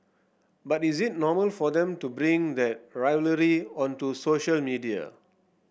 but is it normal for them to bring that rivalry onto social media